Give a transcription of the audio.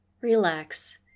relax